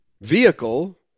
vehicle